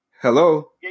Hello